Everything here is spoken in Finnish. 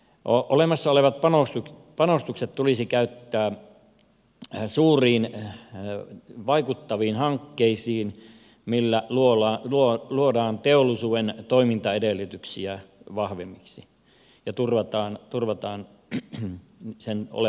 olemassa olevat panostukset tulisi käyttää suuriin vaikuttaviin hankkeisiin millä luodaan teollisuuden toimintaedellytyksiä vahvemmiksi ja turvataan sen olemassaolo